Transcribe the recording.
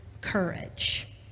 courage